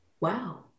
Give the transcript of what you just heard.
Wow